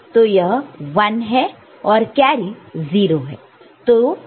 तो यह 1 है और कैरी 0 है